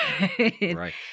Right